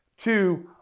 Two